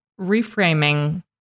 reframing